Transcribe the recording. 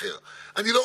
לשלוח